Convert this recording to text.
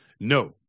no